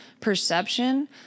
perception